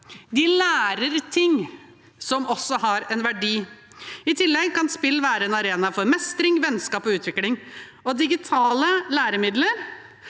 De lærer ting som også har en verdi. I tillegg kan spill være en arena for mestring, vennskap og utvikling. Digitale læremidler